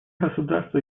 государство